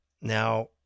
now